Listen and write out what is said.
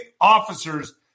officers